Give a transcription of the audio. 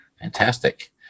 Fantastic